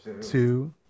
two